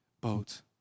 boat